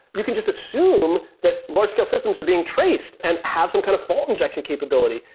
you can just assume that large-scale systems are being traced and have some kind of fault injection capability.